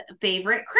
Favorite